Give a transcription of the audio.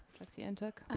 trustee ntuk.